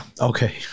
Okay